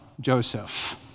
Joseph